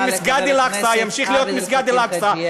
זה מסגד אל-אקצא, וימשיך להיות מסגד אל-אקצא.